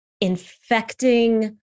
infecting